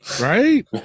Right